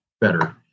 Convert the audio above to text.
better